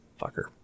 Fucker